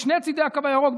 משני צידי הקו הירוק,